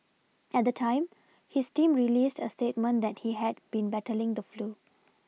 at the time his team released a statement that he had been battling the flu